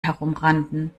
herumrannten